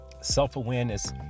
Self-awareness